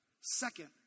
Second